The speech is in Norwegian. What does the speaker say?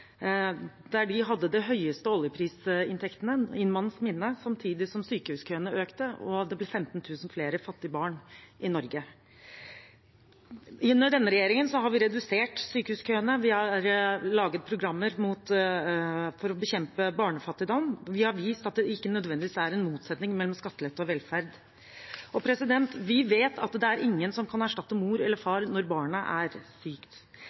de hadde de høyeste oljeprisinntektene i manns minne, samtidig som sykehuskøene økte og det ble 15 000 flere fattige barn i Norge. Under denne regjeringen har vi redusert sykehuskøene, vi har laget programmer for å bekjempe barnefattigdom, og vi har vist at det ikke nødvendigvis er en motsetning mellom skattelette og velferd. Og vi vet at det ikke er noen som kan erstatte mor eller far når barnet er sykt.